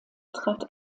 trat